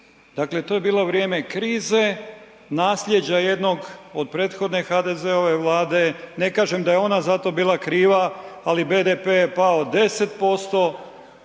Dakle to je bilo vrijeme krize, naslijeđa jednog od prethodne HDZ-ove Vlade. Ne kažem da je ona za to bila kriva ali BDP je pao 10%,